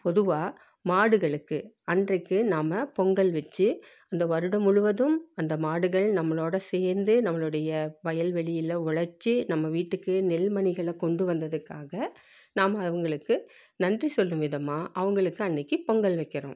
பொதுவாக மாடுகளுக்கு அன்றைக்கு நாம் பொங்கல் வெச்சு அந்த வருடம் முழுவதும் அந்த மாடுகள் நம்மளோடு சேர்ந்தே நம்மளுடைய வயல்வெளியில் ஒழைச்சி நம்ம வீட்டுக்கு நெல்மணிகளை கொண்டு வந்ததுக்காக நாம் அவர்களுக்கு நன்றி சொல்லும் விதமாக அவர்களுக்கு அன்றைக்கி பொங்கல் வைக்கிறோம்